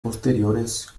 posteriores